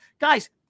Guys